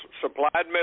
supplied